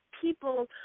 people